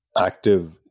active